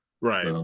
Right